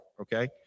okay